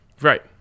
Right